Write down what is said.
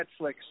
Netflix